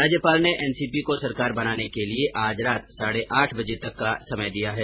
राज्यपाल ने एनसीपी को सरकार बनाने के लिए आज रात साढे आठ बजे तक का समय दिया है